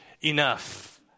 enough